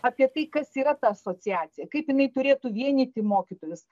apie tai kas yra ta asociacija kaip jinai turėtų vienyti mokytojus